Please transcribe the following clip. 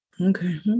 Okay